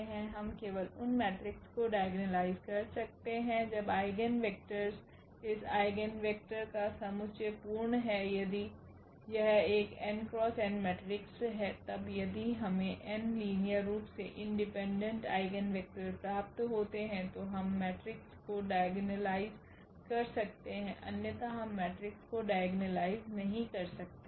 हम केवल उन मेट्रिक्स को डाइगोनलाइज कर सकते हैं जब आइगेन वेक्टरस इस आइगेन वेक्टर का समुच्चय पूर्ण है यदि यह एक n×n मेट्रिक्स है तब यदि हमे n लीनियर रूप से इंडिपेंडेंट आइगेन वेक्टर प्राप्त होते हैं तो हम मेट्रिक्स को डाइगोनलाइज कर सकते हैं अन्यथा हम मेट्रिक्स को डाइगोनलाइज नहीं कर सकते